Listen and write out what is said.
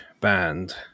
band